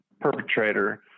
perpetrator